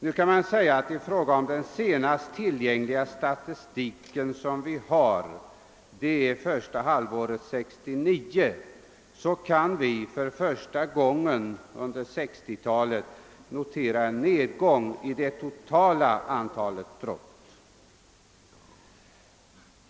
Nu kan det invändas att den senast tillgängliga statistiken, som avser första halvåret 1969, visar en nedgång i det totala antalet brott för första gången under 1960-talet.